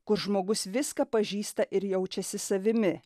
kur žmogus viską pažįsta ir jaučiasi savimi